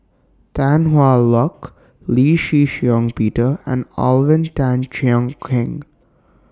Tan Hwa Luck Lee Shih Shiong Peter and Alvin Tan Cheong Kheng